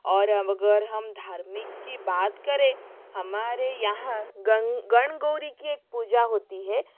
और अगर हम धार्मिक की बात करें हमारे यहाँ गण गणगौर कि एक पूजा होती है